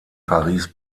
paris